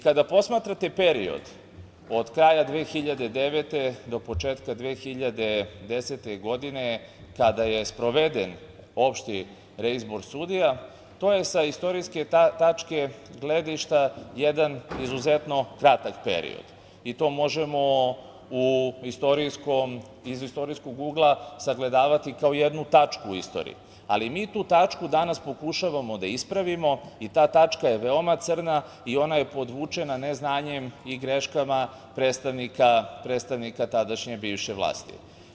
Kada posmatrate period od kraja 2009. do početka 2010. godine, a kada je sproveden opšti reizbor sudija, to je sa istorijske tačke gledišta jedan izuzetno kratak period, i to možemo iz istorijskog ugla sagledavati kao jednu tačku u istoriji, ali mi tu tačku danas pokušavamo da ispravimo i ta tačka je veoma crna i ona je podvučena neznanjem i greškama predstavnika tadašnje bivše vlasti.